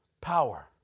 power